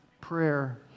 prayer